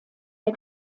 der